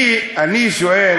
אני שואל,